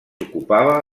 ocupava